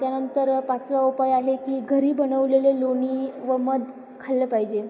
त्यानंतर पाचवा उपाय आहे की घरी बनवलेले लोणी व मध खाल्लं पाहिजे